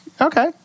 Okay